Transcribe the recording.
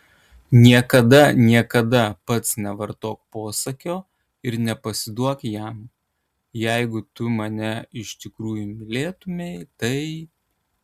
niekada niekada pats nevartok posakio ir nepasiduok jam jeigu tu mane iš tikrųjų mylėtumei tai